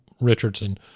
Richardson